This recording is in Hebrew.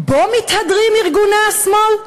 בו מתהדרים ארגוני השמאל?